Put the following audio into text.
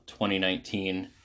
2019